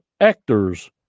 actors